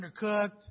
undercooked